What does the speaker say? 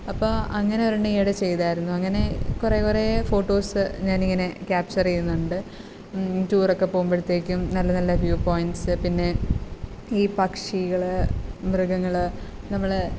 അപ്പം അങ്ങനെ ഒരെണ്ണം ഈയിടെ ചെയ്തിരുന്നു അങ്ങനെ കുറേ കുറേ ഫോട്ടോസ് ഞാൻ ഇങ്ങനെ ക്യാപ്ചർ ചെയ്യുന്നുണ്ട് ടൂർ ഒക്കെ പോവുമ്പോഴത്തേക്കും നല്ല നല്ല വ്യൂ പോയിൻറ്സ് പിന്നെ ഈ പക്ഷികൾ മൃഗങ്ങൾ നമ്മൾ